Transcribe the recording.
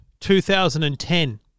2010